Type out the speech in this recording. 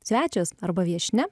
svečias arba viešnia